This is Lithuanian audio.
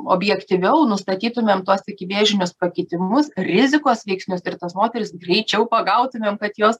objektyviau nustatytumėm tuos ikivėžinius pakitimus rizikos veiksnius ir moteris greičiau pagautumėm kad jos